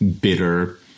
bitter